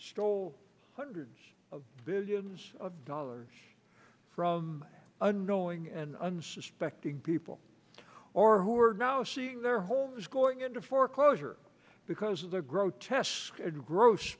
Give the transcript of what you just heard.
stole hundreds of billions of dollars from unknowing and unsuspecting people or who are now seeing their homes going into foreclosure because of the grotesque and gross